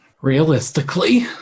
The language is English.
realistically